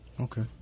Okay